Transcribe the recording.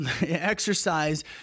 exercise